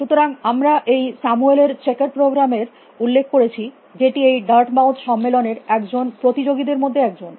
সুতরাং আমরা এই স্যামুয়েল এর চেকার প্রোগ্রাম এর Samuel's Checkers Programউল্লেখ করেছি যেটি এই ডার্টমাউথ সম্মেলনের একজন প্রতিযোগী দের মধ্যে একজন